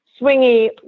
swingy